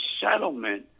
settlement